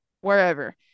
wherever